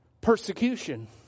persecution